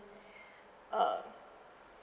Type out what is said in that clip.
uh